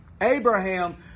Abraham